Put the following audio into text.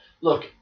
look